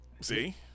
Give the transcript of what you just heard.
See